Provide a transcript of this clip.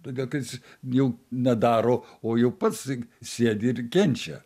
todėl kad jis jau nedaro o jau pats sėdi ir kenčia